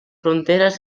fronteres